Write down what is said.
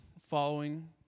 following